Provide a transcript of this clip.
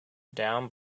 down